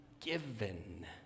given